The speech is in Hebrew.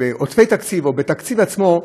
בעודפי תקציב או בתקציב עצמו,